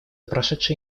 прошедшие